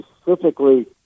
specifically